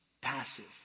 passive